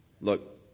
Look